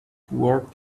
toward